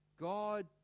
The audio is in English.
God